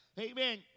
Amen